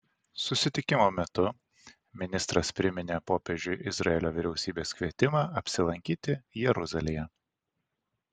susitikimo metu ministras priminė popiežiui izraelio vyriausybės kvietimą apsilankyti jeruzalėje